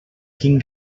quin